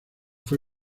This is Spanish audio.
fue